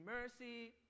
mercy